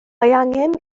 angen